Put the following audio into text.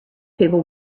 people